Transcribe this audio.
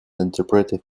interpretive